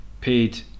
paid